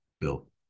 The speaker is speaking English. Bill